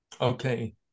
Okay